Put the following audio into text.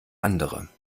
andere